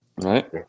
Right